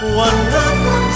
wonderful